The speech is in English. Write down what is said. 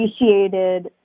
appreciated